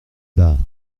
bah